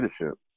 leadership